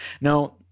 Now